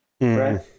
right